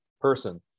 person